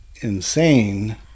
insane